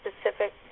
specific